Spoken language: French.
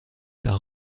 par